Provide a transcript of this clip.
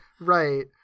right